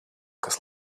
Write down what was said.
kas